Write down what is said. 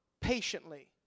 patiently